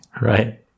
Right